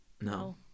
No